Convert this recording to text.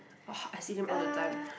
!woah! I see them all the time